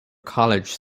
college